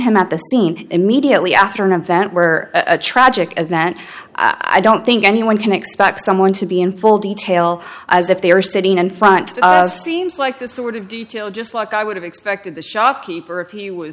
him at the scene immediately after an event where a tragic event i don't think anyone can expect someone to be in full detail as if they are sitting in front seems like the sort of detail just like i would have expected the shopkeeper if